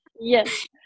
Yes